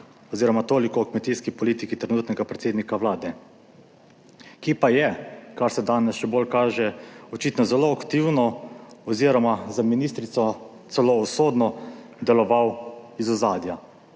oziroma toliko o kmetijski politiki trenutnega predsednika Vlade, ki pa je, kar se danes še bolj kaže, očitno zelo aktivno oziroma za ministrico, celo usodno deloval iz ozadja.